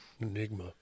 Enigma